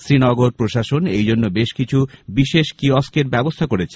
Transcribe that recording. শ্রীনগর প্রশাসন এর জন্য বেশ কিছু বিশেষ কিয়স্কের ব্যবস্থা করেছে